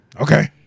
Okay